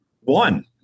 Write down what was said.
one